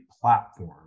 platform